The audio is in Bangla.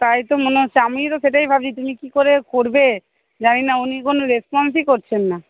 তাই তো মনে হচ্ছে আমি তো সেটাই ভাবছি তুমি কী করে করবে জানি না উনি কোনো রেসপন্সই করছেন না